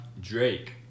Drake